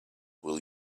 will